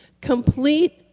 complete